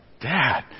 dad